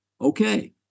Okay